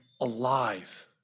alive